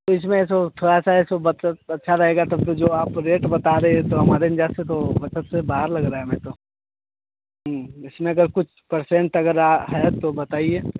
तो इसमें से थोड़ा सा एक सौ बचत अच्छा रहेगा तब तो जो आप रेट बता रहें तो हमारे मिज़ाज से तो बचत से बाहर लग रहा हमें तो इसमें अगर कुछ परसेंट वग़ैरह है तो बताइए